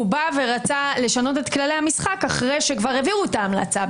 הוא רצה לשנות את כללי המשחק אחרי שכבר הביאו את ההמלצה.